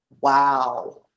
wow